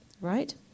right